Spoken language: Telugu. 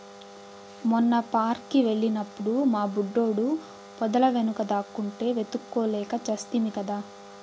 మొన్న పార్క్ కి వెళ్ళినప్పుడు మా బుడ్డోడు పొదల వెనుక దాక్కుంటే వెతుక్కోలేక చస్తిమి కదా